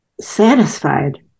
satisfied